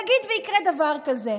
נגיד שיקרה דבר כזה.